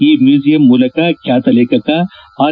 ಈ ಮ್ಲೂಸಿಯಂ ಮೂಲಕ ಬ್ಲಾತ ಲೇಖಕ ಆರ್